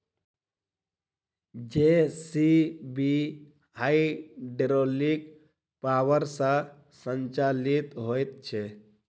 JCB hydraulic power सॅ संचालित होइत छै